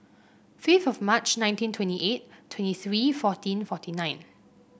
fifth of March nineteen twenty eight twenty three fourteen forty nine